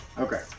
Okay